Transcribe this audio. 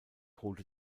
holte